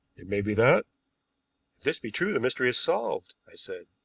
it may be that if this be true the mystery is solved, i said.